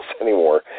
anymore